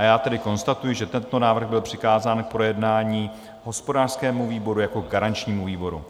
Já tedy konstatuji, že tento návrh byl přikázán k projednání hospodářskému výboru jako garančnímu výboru.